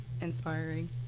inspiring